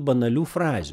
banalių frazių